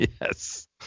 Yes